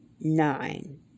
nine